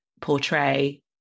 portray